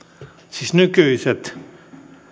siis nykyiset